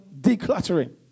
decluttering